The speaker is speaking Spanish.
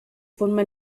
forma